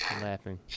laughing